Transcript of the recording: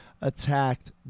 attacked